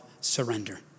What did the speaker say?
surrender